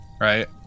right